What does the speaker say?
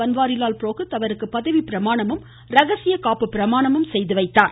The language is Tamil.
பன்வாரி லால் புரோஹித் அவருக்கு பதவி பிரமாணமும் ரகசிய காப்பு பிரமாணமும் செய்து வைத்தார்